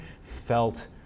felt